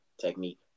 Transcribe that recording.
Technique